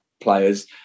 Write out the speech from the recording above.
players